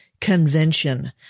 convention